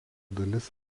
dalis